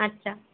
আচ্ছা